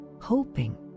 hoping